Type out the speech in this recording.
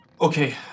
Okay